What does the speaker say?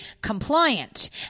compliant